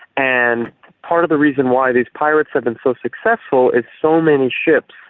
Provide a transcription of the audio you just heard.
and part of the reason why these pirates have been so successful is so many ships,